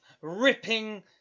ripping